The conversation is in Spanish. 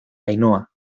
ainhoa